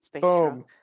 Boom